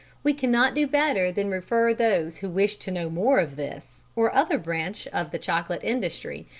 we cannot do better than refer those who wish to know more of this, or other branch of the chocolate industry,